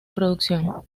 producción